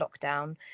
lockdown